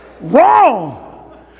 Wrong